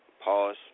Pause